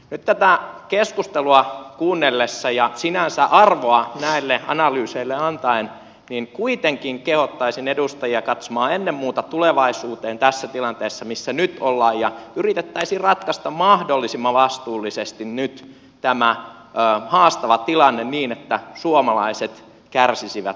nyt tätä keskustelua kuunnellessa ja sinänsä arvoa näille analyyseille antaen kuitenkin kehottaisin edustajia katsomaan ennen muuta tulevaisuuteen tässä tilanteessa missä nyt ollaan ja yritettäisiin ratkaista mahdollisimman vastuullisesti nyt tämä haastava tilanne niin että suomalaiset kärsisivät mahdollisimman vähän